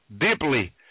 Deeply